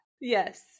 Yes